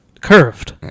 curved